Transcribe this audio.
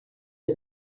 les